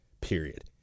period